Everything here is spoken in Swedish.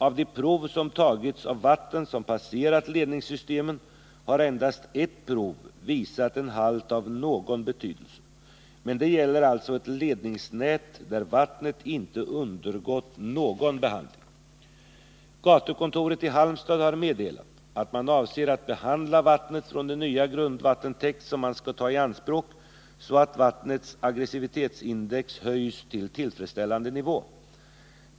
Av de prov som tagits av vatten som passerat ledningssystemen har endast ett prov visat en halt av någon betydelse. Men det gäller alltså ett ledningsnät där vattnet inte undergått någon behandling. Gatukontoret i Halmstad har meddelat att man avser att behandla vattnet från den nya grundvattentäkt som man skall ta i anspråk så att vattnets aggressivitetsindex höjs till tillfredsställande nivå.